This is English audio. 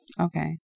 Okay